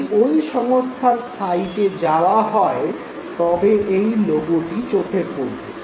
যদি ঐ সংস্থার সাইটে যাওয়া হয় তবে এই লোগোটি চোখে পড়বে